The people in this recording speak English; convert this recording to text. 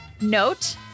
Note